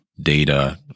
data